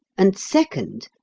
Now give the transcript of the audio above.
and, second,